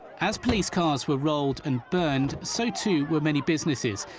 as police cars were rolled and burned so too were many businesses.